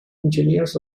engineers